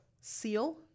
Seal